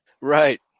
Right